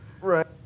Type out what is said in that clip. Right